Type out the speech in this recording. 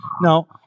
No